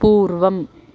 पूर्वम्